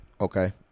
Okay